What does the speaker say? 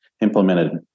implemented